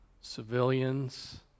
civilians